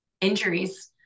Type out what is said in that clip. injuries